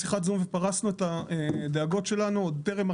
בלולים קיימים שכבר ישנם ואפשר להכניס לשם יותר מטילות,